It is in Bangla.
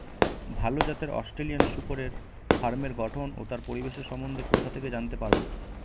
ভাল জাতের অস্ট্রেলিয়ান শূকরের ফার্মের গঠন ও তার পরিবেশের সম্বন্ধে কোথা থেকে জানতে পারবো?